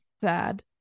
sad